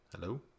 Hello